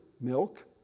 milk